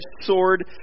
sword